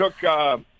took